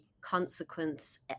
consequence